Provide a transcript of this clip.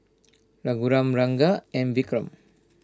Raghuram Ranga and Vikram